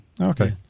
Okay